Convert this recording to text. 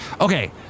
Okay